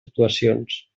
actuacions